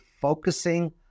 focusing